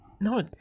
no